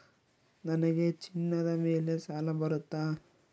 ನನಗೆ ಚಿನ್ನದ ಮೇಲೆ ಸಾಲ ಬರುತ್ತಾ?